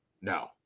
No